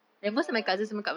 oh